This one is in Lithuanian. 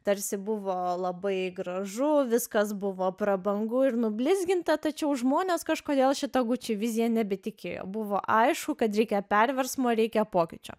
tarsi buvo labai gražu viskas buvo prabangu ir nublizginta tačiau žmonės kažkodėl šita gucci vizija nebetikėjo buvo aišku kad reikia perversmo reikia pokyčio